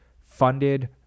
funded